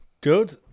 Good